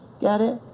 get it?